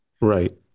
Right